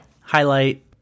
highlight